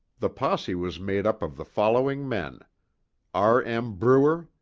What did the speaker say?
the posse was made up of the following men r. m. bruer,